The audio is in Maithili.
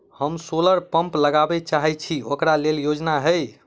हम सोलर पम्प लगाबै चाहय छी ओकरा लेल योजना हय?